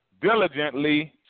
diligently